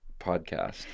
podcast